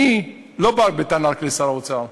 אני לא בא בטענה רק לשר האוצר,